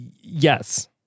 Yes